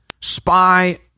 spy